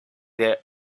del